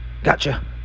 Gotcha